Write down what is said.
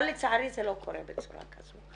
אבל לצערי זה לא קורה בצורה כזו.